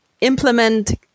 implement